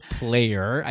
player